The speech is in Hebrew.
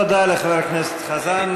תודה לחבר הכנסת חזן.